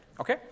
Okay